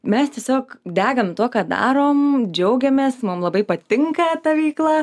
mes tiesiog degam tuo ką darom džiaugiamės mum labai patinka ta veikla